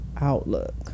outlook